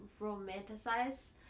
romanticize